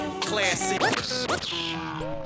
classic